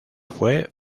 fue